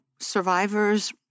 survivors